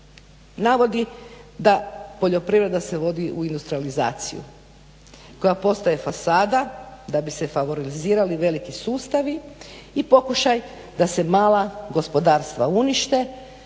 navodi da poljoprivreda se vodi u industrijalizaciju koja postaje fasada da bi se favorizirali veliki sustavi i pokušaj da se mala gospodarstva unište.